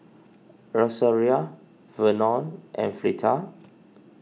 Rosaria Vernon and Fleeta